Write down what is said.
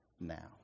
now